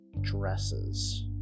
dresses